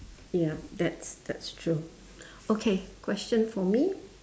ya that's that's true okay question for me